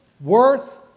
worth